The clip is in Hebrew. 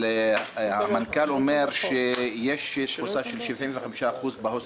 המנכ"ל אומר שיש תפוסה של 75% בהוסטלים,